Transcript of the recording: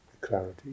clarity